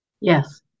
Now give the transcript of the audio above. Yes